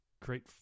create